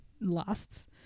lasts